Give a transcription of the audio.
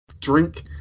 drink